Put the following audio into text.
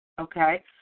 Okay